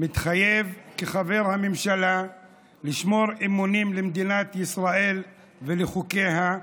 מתחייב כחבר הממשלה לשמור אמונים למדינת ישראל ולחוקיה,